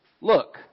Look